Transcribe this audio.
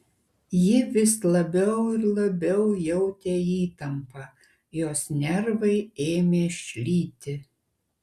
ji vis labiau ir labiau jautė įtampą jos nervai ėmė šlyti